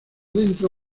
dentro